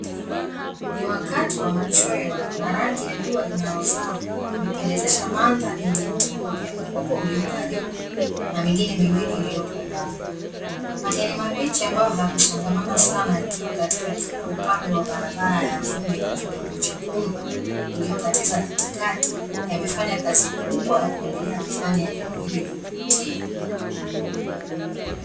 Ni wakati wa machweo, na rangi ya jua linalozama, limependezesha mandhari yenye mti mmoja mkubwa uliokaribu na mengine miwii iliyoko mbali. Majani mabichi ambayo hayakusongamana sana, yakiwa katika kila upande wa barabara ya vumbi la kidongo chekundu iliyokatiza katikati, yamefanya kazi kubwa ya kuendelea kufanya eneo hili kuvutia.